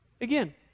Again